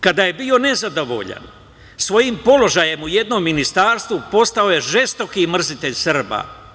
Kada je bio nezadovoljan svojim položajem u jednom ministarstvu, postao je žestoki mrzitelj Srba.